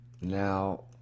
Now